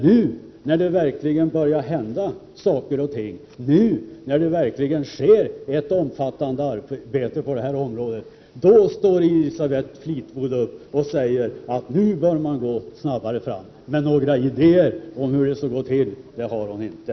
Nu när saker och ting verkligen börjar hända och det pågår ett omfattande arbete på detta område, står Elisabeth Fleetwood upp och säger att man bör gå snabbare fram, men några idéer om hur det skall gå till har hon inte.